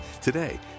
Today